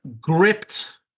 gripped